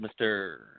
Mr